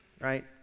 right